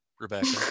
Rebecca